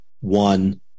one